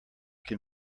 can